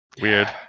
Weird